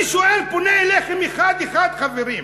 אני שואל, פונה אליכם אחד-אחד, חברים.